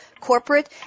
corporate